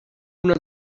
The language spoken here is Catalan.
una